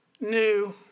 new